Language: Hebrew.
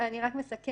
אני רק מסכמת.